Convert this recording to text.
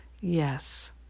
Yes